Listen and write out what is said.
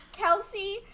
Kelsey